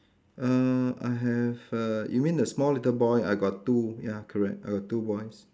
err I have err you mean the small little boy I got two ya correct I got two boys